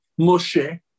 Moshe